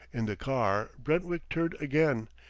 in the car brentwick turned again,